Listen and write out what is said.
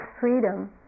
freedom